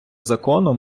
закону